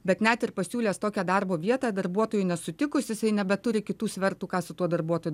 bet net ir pasiūlęs tokią darbo vietą darbuotojui nesutikus jisai nebeturi kitų svertų ką su tuo darbuotoju